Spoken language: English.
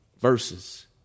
verses